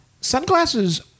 sunglasses